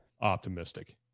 optimistic